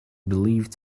believed